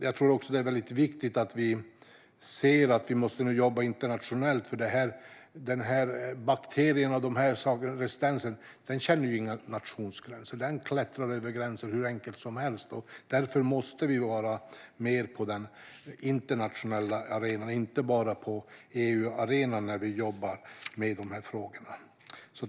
Jag tror också att det är viktigt att vi ser att vi måste jobba internationellt, för bakterierna och resistensen känner inga nationsgränser. De klättrar över gränsen hur enkelt som helst, och därför måste vi vara mer på den internationella arenan och inte bara på EU-arenan när vi jobbar med de här frågorna.